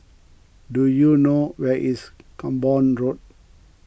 do you know where is Camborne Road